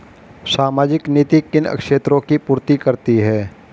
सामाजिक नीति किन क्षेत्रों की पूर्ति करती है?